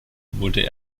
wurde